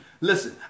Listen